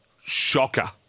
shocker